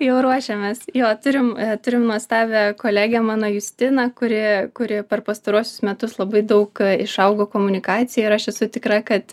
jau ruošiamės jo turim turim nuostabią kolegę mano justiną kuri kuri per pastaruosius metus labai daug išaugo komunikacijoj ir aš esu tikra kad